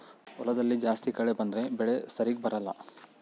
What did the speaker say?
ಹೊಲದಲ್ಲಿ ಜಾಸ್ತಿ ಕಳೆ ಬಂದ್ರೆ ಬೆಳೆ ಸರಿಗ ಬರಲ್ಲ